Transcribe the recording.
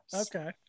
okay